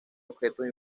objetos